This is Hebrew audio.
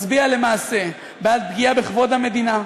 מצביע למעשה בעד פגיעה בכבוד במדינה,